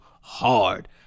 Hard